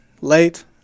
late